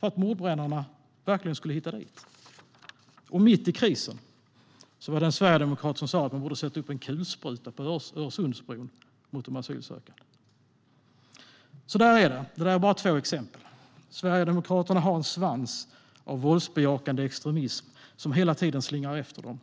För att mordbrännarna verkligen skulle hitta dit? Mitt i krisen var det en sverigedemokrat som sa att man borde sätta upp en kulspruta på Öresundsbron mot de asylsökande. Det var två exempel. Sverigedemokraterna har en svans av våldsbejakande extremism som hela tiden slingrar efter dem.